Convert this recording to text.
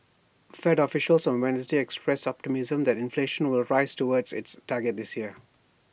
fed officials on Wednesday expressed optimism that inflation will rise towards its target this year